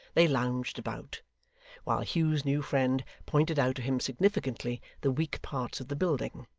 they lounged about while hugh's new friend pointed out to him significantly the weak parts of the building,